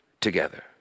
together